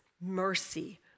mercy